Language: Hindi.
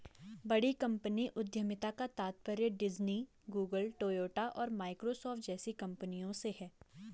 बड़ी कंपनी उद्यमिता का तात्पर्य डिज्नी, गूगल, टोयोटा और माइक्रोसॉफ्ट जैसी कंपनियों से है